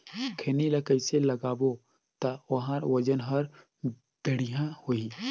खैनी ला कइसे लगाबो ता ओहार वजन हर बेडिया होही?